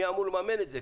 מי אמור לממן את זה?